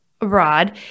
abroad